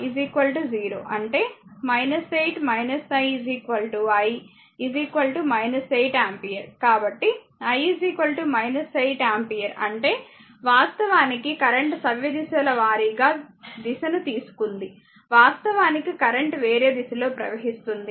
కాబట్టి i 8 ampere అంటే వాస్తవానికి కరెంట్ సవ్యదిశల వారీగా దిశను తీసుకుంది వాస్తవానికి కరెంట్ వేరే దిశలో ప్రవహిస్తుంది